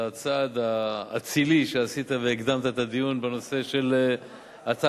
על הצעד האצילי שעשית כשהקדמת את הדיון בהצעת חוק